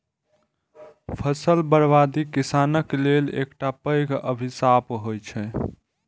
फसल बर्बादी किसानक लेल एकटा पैघ अभिशाप होइ छै